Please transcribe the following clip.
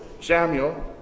Samuel